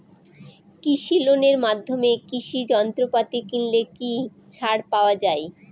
কৃষি লোনের মাধ্যমে কৃষি যন্ত্রপাতি কিনলে কি ছাড় পাওয়া যায়?